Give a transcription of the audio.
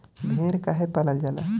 भेड़ काहे पालल जाला?